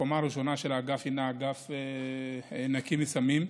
קומה ראשונה של האגף היא אגף נקי מסמים,